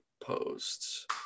posts